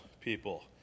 people